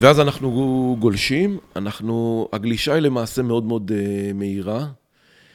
ואז אנחנו.. גולשים. אנחנו.. הגלישה היא למעשה מאוד מאוד אה.. מהירה.